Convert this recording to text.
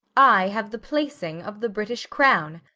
i have the placing of the british crown.